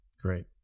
Great